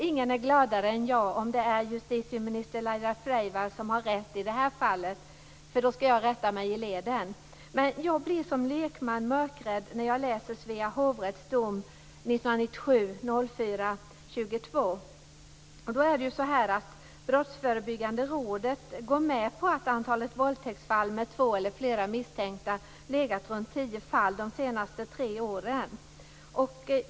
Ingen är gladare än jag om det är justitieminister Laila Freivalds som har rätt i det här fallet. Då skall jag rätta mig i leden. Men jag blir som lekman mörkrädd när jag läser Svea hovrätts dom den Brottsförebyggande rådet går med på att antalet våldtäktsfall med två eller flera misstänkta legat på runt tio fall de senaste tre åren.